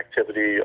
activity